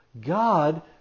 God